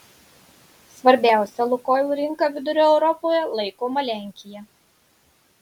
svarbiausia lukoil rinka vidurio europoje laikoma lenkija